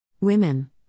Women